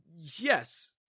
Yes